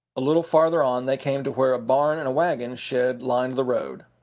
a little further on they came to where a barn and a wagon shed lined the road.